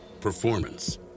performance